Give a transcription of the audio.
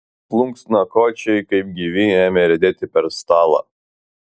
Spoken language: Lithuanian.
plunksnakočiai kaip gyvi ėmė riedėti per stalą